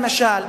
למשל,